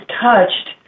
touched